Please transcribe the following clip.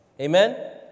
Amen